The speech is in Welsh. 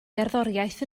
gerddoriaeth